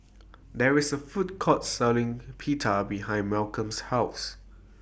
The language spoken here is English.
There IS A Food Court Selling Pita behind Malcom's House